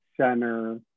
center